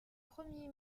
premier